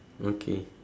okay